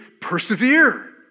persevere